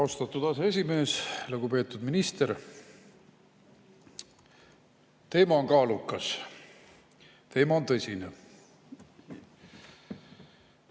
Austatud aseesimees! Lugupeetud minister! Teema on kaalukas. Teema on tõsine.